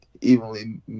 evenly